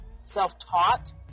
self-taught